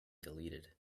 deleted